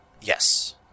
Yes